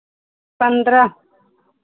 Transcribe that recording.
पंद्रह